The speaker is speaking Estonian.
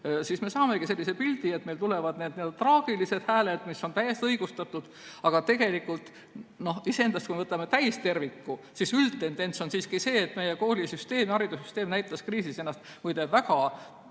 suur. Me saamegi sellise pildi, et tulevad need traagilised hääled, mis on täiesti õigustatud. Aga iseendast, kui me võtame täisterviku, siis üldtendents on siiski see, et meie koolisüsteem ja haridussüsteem näitasid kriisis ennast muide väga